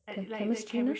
the chemistry